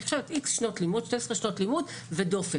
אני חושבת 12 שנות לימוד ודופק,